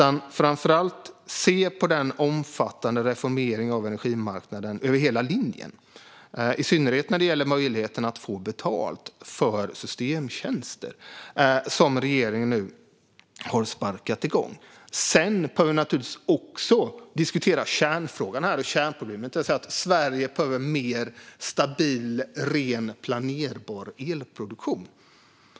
Låt oss framför allt se på den omfattande reformering av energimarknaden över hela linjen, i synnerhet när det gäller möjligheten att få betalt för systemtjänster, som regeringen nu har sparkat igång. Sedan behöver vi naturligtvis också diskutera kärnfrågan, eller kärnproblemet, det vill säga att Sverige behöver mer stabil, ren och planerbar elproduktion.